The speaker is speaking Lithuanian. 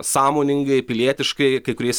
sąmoningai pilietiškai kai kuriais